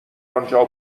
انجا